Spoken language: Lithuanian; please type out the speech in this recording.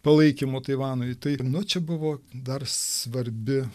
palaikymo taivanui tai nu čia buvo dar svarbi